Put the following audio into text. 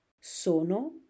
Sono